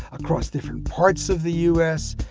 across different parts of the u s,